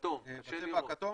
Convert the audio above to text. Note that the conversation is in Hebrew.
בצבע הכתום,